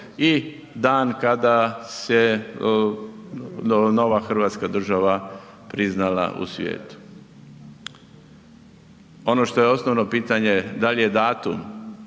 i dan kada se nova hrvatska država priznala u svijetu. Ono što je osnovno pitanje dal je datum